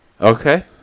Okay